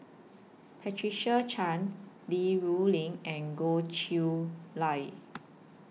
Patricia Chan Li Rulin and Goh Chiew Lye